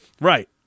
Right